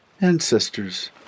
Ancestors